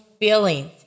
Feelings